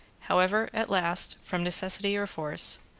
however, at last, from necessity or force,